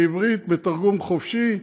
בעברית, בתרגום חופשי,